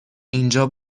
اینجا